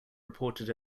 reported